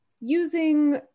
using